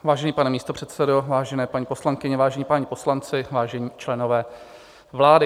Vážený pane místopředsedo, vážené paní poslankyně, vážení páni poslanci, vážení členové vlády.